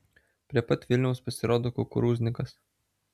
prie pat vilniaus pasirodo kukurūznikas